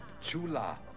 Chula